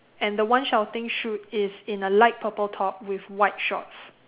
and the one shouting shoot is in a light purple top with white shorts